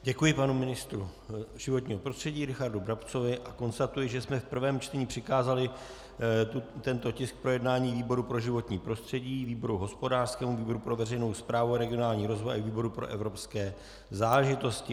Děkuji panu ministru životního prostředí Richardu Brabcovi a konstatuji, že jsme v prvém čtení přikázali tento tisk k projednání výboru pro životní prostředí, výboru hospodářskému, výboru pro veřejnou správu a regionální rozvoj a výboru pro evropské záležitosti.